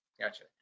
gotcha